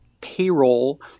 payroll